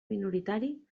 minoritari